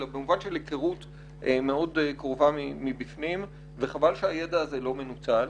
אלא במובן של היכרות מאוד קרובה מבפנים וחבל שהידע הזה לא מנוצל.